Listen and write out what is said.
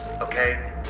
Okay